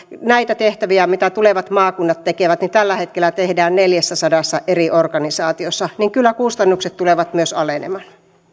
näitä tehtäviä mitä tulevat maakunnat tekevät tällä hetkellä tehdään neljässäsadassa eri organisaatiossa eli kyllä kustannukset tulevat myös alenemaan